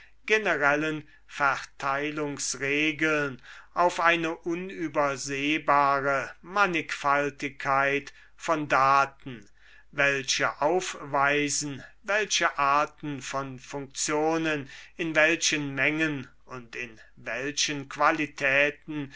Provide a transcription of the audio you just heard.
generellen verteilungsregeln auf eine unübersehbare mannigfaltigkeit von daten welche aufweisen welche arten von funktionen in welchen mengen und in welchen qualitäten